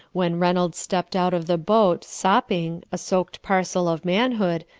when reynolds stepped out of the boat, sopping, a soaked parcel of manhood,